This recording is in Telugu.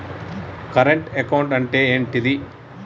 కరెంట్ అకౌంట్ అంటే ఏంటిది?